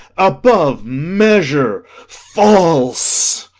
above measure false!